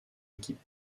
équipe